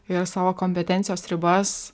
ir savo kompetencijos ribas